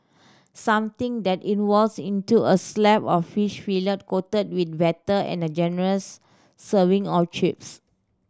something that involves into a slab of fish fillet coated with batter and a generous serving of chips